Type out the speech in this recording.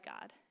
God